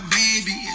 baby